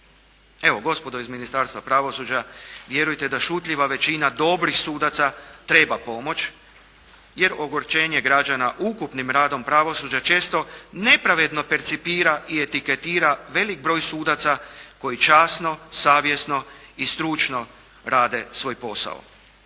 Evo, gospodo iz Ministarstva pravosuđa vjerujte da šutljiva većina dobrih sudaca treba pomoć, jer ogorčenje građana ukupnim radom pravosuđa često nepravedno percipira i etiketira velik broj sudaca koji časno, savjesno i stručno rade svoj posao.